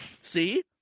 See